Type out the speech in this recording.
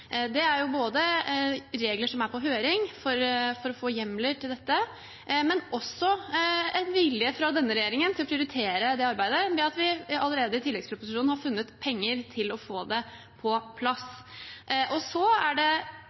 Det er både regler som er på høring for å få hjemler til dette, og også en vilje fra denne regjeringen til å prioritere det arbeidet ved at vi allerede i tilleggsproposisjonen har funnet penger til å få det på plass. Justis- og